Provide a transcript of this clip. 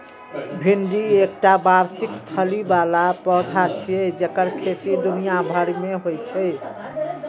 भिंडी एकटा वार्षिक फली बला पौधा छियै जेकर खेती दुनिया भरि मे होइ छै